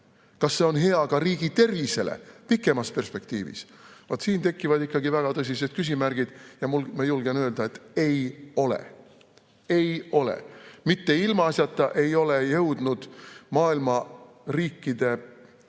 Kas see on hea ka riigi tervisele pikemas perspektiivis? Vaat siin tekivad ikkagi väga tõsised küsimärgid. Ja ma julgen öelda, et ei ole. Ei ole! Mitte ilmaasjata ei ole jõudnud maailma riikide, noh, kas